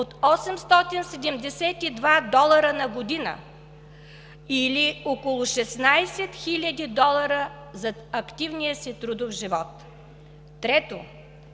от 872 долара на година, или около 16 хиляди долара за активния си трудов живот. Трето,